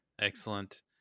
Excellent